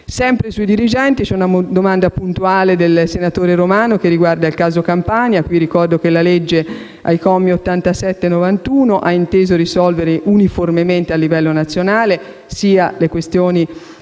Sempre sui dirigenti, c'è una domanda puntuale del senatore Romano che riguarda il caso Campania: ricordo che la legge, ai commi 87-91, ha inteso risolvere uniformemente, a livello nazionale, sia le questioni